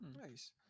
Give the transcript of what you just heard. nice